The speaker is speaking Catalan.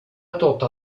tota